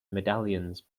medallions